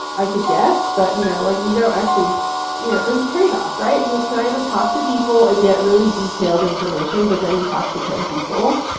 i could guess. but, you know, like, we don't actually you know, there's a tradeoff, right? you can either talk to people and get really detailed information, but then you talk to ten people.